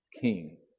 king